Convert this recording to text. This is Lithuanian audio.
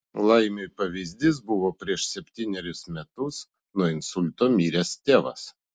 laimiui pavyzdys buvo prieš septynerius metus nuo insulto miręs tėvas